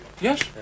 Yes